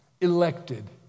elected